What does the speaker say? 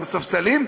בספסלים,